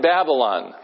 Babylon